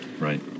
Right